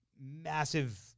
massive